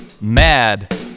mad